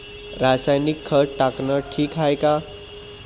रासायनिक खत टाकनं ठीक हाये का?